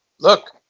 look